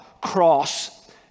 cross